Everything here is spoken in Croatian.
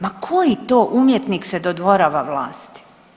Ma koji to umjetnik se dodvorava vlasti?